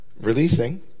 releasing